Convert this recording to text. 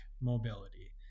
mobility